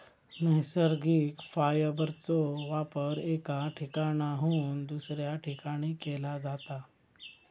नैसर्गिक फायबरचो वापर एका ठिकाणाहून दुसऱ्या ठिकाणी केला जाता